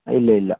ഇല്ല ഇല്ല